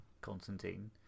Constantine